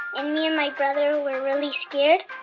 ah me and my brother were really scared,